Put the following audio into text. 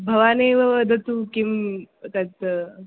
भवानेव वदतु किं तत्